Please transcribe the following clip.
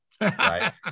right